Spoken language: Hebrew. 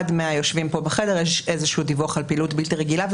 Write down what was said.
מהיושבים כאן בחדר יש איזשהו דיווח על פעילות בלתי רגילה,